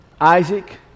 Isaac